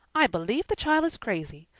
i believe the child is crazy.